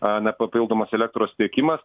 a na papildomas elektros tiekimas